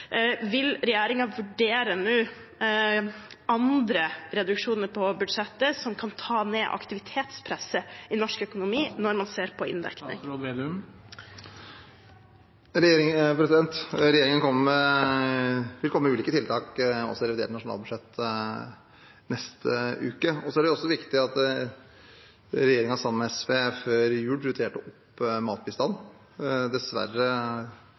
nå vurdere andre reduksjoner i budsjettet som kan ta ned aktivitetspresset i norsk økonomi, når man ser på inndekning? Regjeringen vil komme med ulike tiltak også i revidert nasjonalbudsjett neste uke. Så er det viktig å si at regjeringen, sammen med SV, før jul prioriterte matbistanden. Dessverre